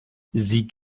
sie